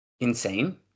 insane